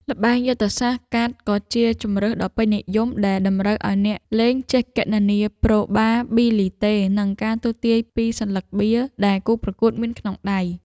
ល្បែងយុទ្ធសាស្ត្រកាតក៏ជាជម្រើសដ៏ពេញនិយមដែលតម្រូវឱ្យអ្នកលេងចេះគណនាប្រូបាប៊ីលីតេនិងការទស្សន៍ទាយពីសន្លឹកបៀដែលគូប្រកួតមានក្នុងដៃ។